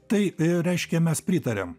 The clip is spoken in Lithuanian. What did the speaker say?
tai reiškia mes pritariam